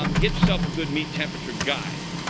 um get yourself a good meat temperature guide.